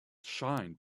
shine